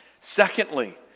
Secondly